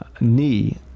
knee